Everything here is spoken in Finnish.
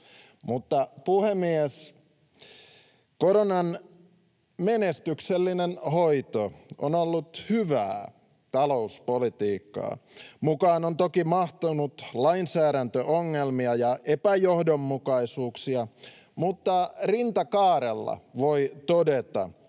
Mutta, puhemies, koronan menestyksellinen hoito on ollut hyvää talouspolitiikkaa. Mukaan on toki mahtunut lainsäädäntöongelmia ja epäjohdonmukaisuuksia, mutta rinta kaarella voi todeta,